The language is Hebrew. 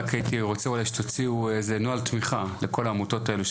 רק הייתי רוצה אולי שתציעו איזה נוהל תמיכה לכל העמותות האלו,